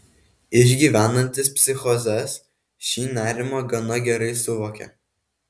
išgyvenantys psichozes šį nerimą gana gerai suvokia